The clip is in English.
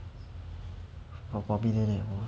orh probably